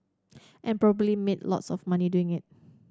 and probably made lots of money doing it